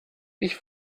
ich